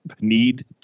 need